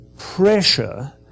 pressure